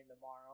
tomorrow